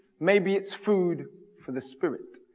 maybe it's food for the spirit.